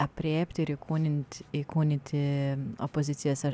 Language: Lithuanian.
aprėpti ir įkūnyt įkūnyti opozicijas